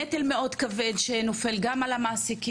נטל מאוד כבד שנופל גם על המעסיקים,